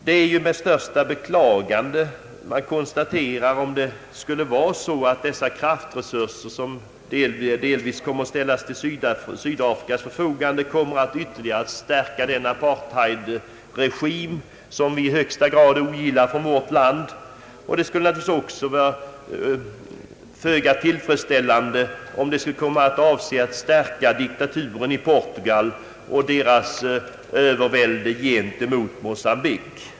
Det vore ytterst beklagligt om dessa kraftresurser, som delvis kommer att ställas till Sydafrikas förfogande, ytterligare stärker den apartheidregim som vi i vårt land i högsta grad ogillar. Det vore naturligtvis också föga tillfredsställande om de skulle stärka diktaturen i Portugal och överväldet mot Mocambique.